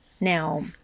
Now